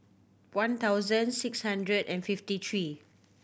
one thousand six hundred and fifty three